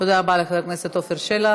תודה רבה לחבר הכנסת עפר שלח.